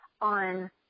on